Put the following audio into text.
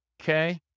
okay